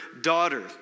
daughter